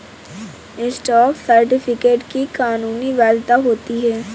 stock certificate की कानूनी वैधता होती है